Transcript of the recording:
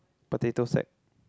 potato sack